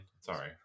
Sorry